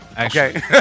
Okay